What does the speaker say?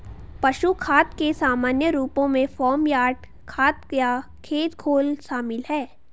पशु खाद के सामान्य रूपों में फार्म यार्ड खाद या खेत घोल शामिल हैं